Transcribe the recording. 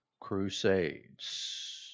crusades